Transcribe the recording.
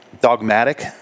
dogmatic